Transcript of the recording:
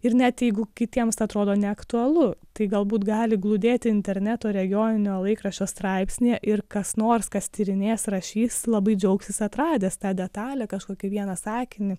ir net jeigu kitiems tai atrodo neaktualu tai galbūt gali glūdėti interneto regioninio laikraščio straipsnyje ir kas nors kas tyrinės rašys labai džiaugsis atradęs tą detalę kažkokį vieną sakinį